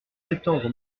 septembre